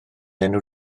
enw